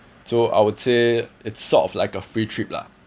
so I would say it's sort of like a free trip lah